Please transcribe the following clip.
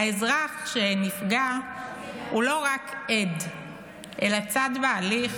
האזרח שנפגע הוא לא רק עד אלא צד בהליך